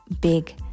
big